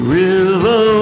river